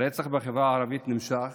הרצח בחברה הערבית נמשך